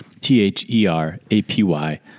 T-H-E-R-A-P-Y